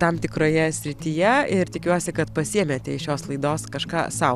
tam tikroje srityje ir tikiuosi kad pasiėmėte iš šios laidos kažką sau